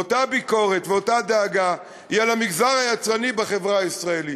ואותה ביקורת ואותה דאגה היו על המגזר היצרני בחברה הישראלית.